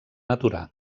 aturar